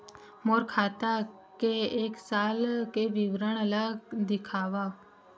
मोर खाता के एक साल के विवरण ल दिखाव?